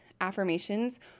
affirmations